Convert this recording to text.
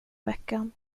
veckan